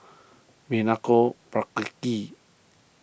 Milenko Prvacki